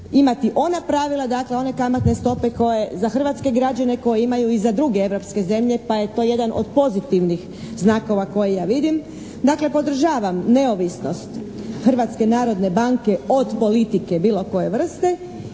imati ona pravila, dakle one kamatne stope za hrvatske građane koje imaju i za druge europske zemlje pa je to jedan od pozitivnih znakova koje ja vidim. Dakle, podržavam neovisnost Hrvatske narodne banke od politike bilo koje vrste